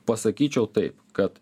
pasakyčiau taip kad